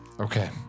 Okay